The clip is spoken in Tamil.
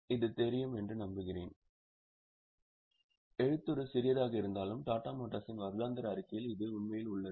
அது தெரியும் என்று நம்புகிறேன் எழுத்துரு சிறியதாக இருந்தாலும் டாடா மோட்டார்களின் வருடாந்திர அறிக்கையில் இது உண்மையில் உள்ளது